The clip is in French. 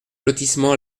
lotissement